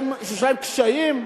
שיש להם קשיים.